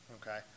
okay